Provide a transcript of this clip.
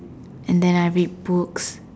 and then I read books